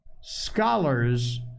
Scholars